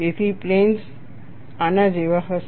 તેથી પ્લેન્સ આના જેવા હશે